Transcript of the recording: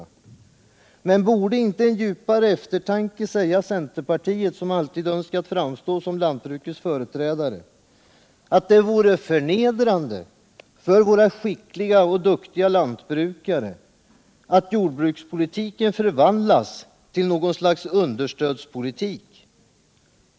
Nr 54 Men borde inte en djupare eftertanke säga centerpartiet, som alltid önskat framstå som lantbrukets företrädare, att det vore förnedrande för våra skickliga och duktiga lantbrukare att jordbrukspolitiken förvandlas till något slags understödspolitik?